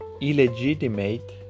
illegitimate